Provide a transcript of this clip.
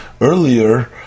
earlier